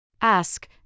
Ask